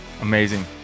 Amazing